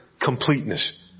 completeness